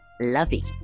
lovey